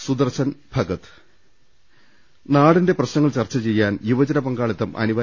സുദർശൻ ഭഗത് നാടിന്റെ പ്രശ്നങ്ങൾ ചർച്ച ചെയ്യാൻ യുവജന പങ്കാളിത്തം അനിവാ